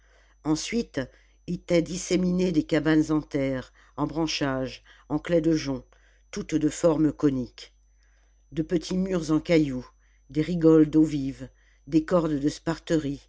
ensuite étaient disséminées des cabanes en terre en branchages en claies de joncs toutes de forme conique de petits murs en cailloux des rigoles d'eau vive des cordes de